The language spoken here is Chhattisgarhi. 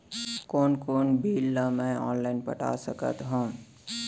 कोन कोन बिल ला मैं ऑनलाइन पटा सकत हव?